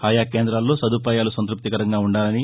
ఆయా కేంద్రాల్లో సదుపాయాలు సంతృప్తికరంగా ఉండాలని